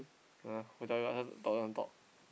ah who tell you ask doesn't talk